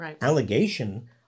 allegation